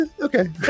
okay